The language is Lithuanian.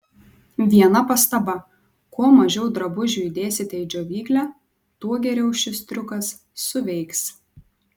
viena pastaba kuo mažiau drabužių įdėsite į džiovyklę tuo geriau šis triukas suveiks